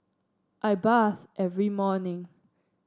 I bathe every morning